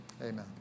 Amen